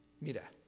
Mira